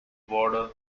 warden